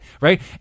Right